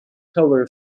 cover